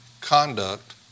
conduct